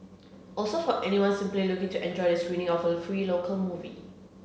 also for anyone simply looking to enjoy the screening of a free local movie